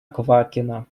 квакина